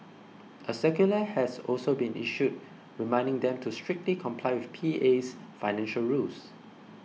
a circular has also been issued reminding them to strictly comply with P A's financial rules